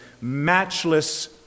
matchless